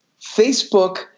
Facebook